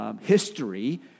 history